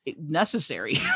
necessary